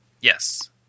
Yes